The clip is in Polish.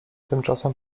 tymczasem